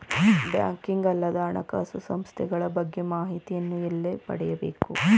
Banking ಅಲ್ಲದ ಹಣಕಾಸು ಸಂಸ್ಥೆಗಳ ಬಗ್ಗೆ ಮಾಹಿತಿಯನ್ನು ಎಲ್ಲಿ ಪಡೆಯಬೇಕು?